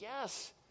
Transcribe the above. yes